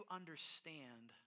understand